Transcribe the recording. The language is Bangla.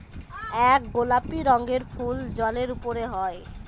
এক গোলাপি রঙের ফুল জলের উপরে হয়